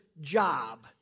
job